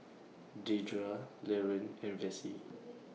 Dedra Laron and Vassie